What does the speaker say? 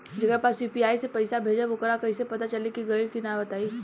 जेकरा पास यू.पी.आई से पईसा भेजब वोकरा कईसे पता चली कि गइल की ना बताई?